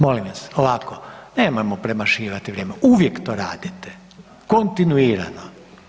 Molim vas ovako, nemojmo premašivati vrijeme, uvijek to radite kontinuirano.